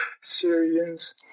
Syrians